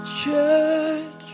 church